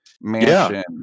mansion